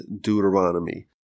Deuteronomy